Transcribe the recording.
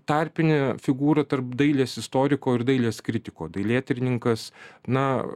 tarpinė figūra tarp dailės istoriko ir dailės kritiko dailėtyrininkas na